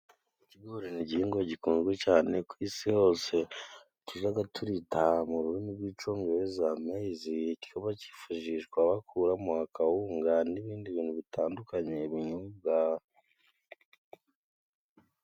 Ikigori ni igihingwa gikunzwe cane ku isi hose tujyaga turita mu rurimi rw'Icongereza mezi, kikaba kifashishwa bakuramo akawunga n'ibindi bintu bitandukanye binyobwa.